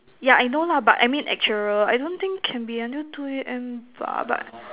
yeah I know lah but I mean actuarial I don't think can be until two A_M bah but